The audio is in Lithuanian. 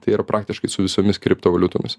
tai yra praktiškai su visomis kriptovaliutomis